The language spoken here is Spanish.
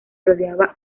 rodeaba